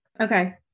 Okay